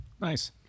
Nice